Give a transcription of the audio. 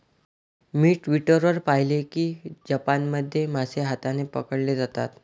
मी Twitter वर पाहिले की जपानमध्ये मासे हाताने पकडले जातात